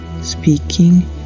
speaking